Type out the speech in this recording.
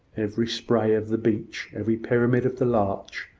every spray of the beech, every pyramid of the larch,